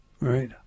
right